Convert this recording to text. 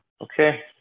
Okay